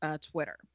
Twitter